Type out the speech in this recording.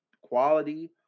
quality